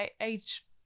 Age